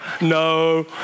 No